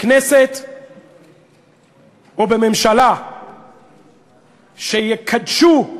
בכנסת ובממשלה שיקדשו,